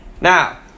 Now